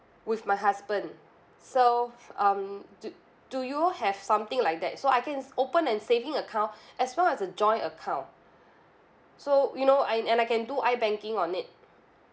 with my husband so um do do you have something like that so I can open a saving account as well as a joint account so you know I and I can do ibanking on it